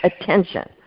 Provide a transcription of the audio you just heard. attention